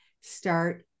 Start